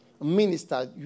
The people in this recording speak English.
minister